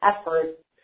efforts